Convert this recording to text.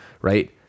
right